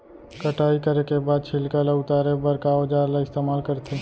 कटाई करे के बाद छिलका ल उतारे बर का औजार ल इस्तेमाल करथे?